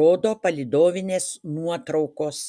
rodo palydovinės nuotraukos